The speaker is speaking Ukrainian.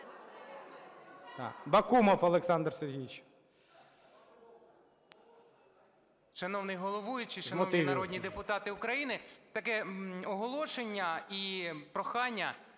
Бакумов Олександр Сергійович